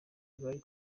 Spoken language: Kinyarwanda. bari